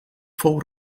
fou